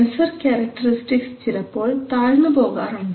sensor characteristics ചിലപ്പോൾ താഴ്ന്നു പോകാറുണ്ട്